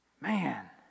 Man